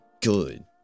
good